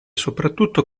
soprattutto